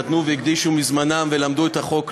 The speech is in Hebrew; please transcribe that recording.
שנתנו והקדישו מזמנם ולמדו את החוק לעומק.